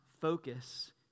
focus